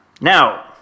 Now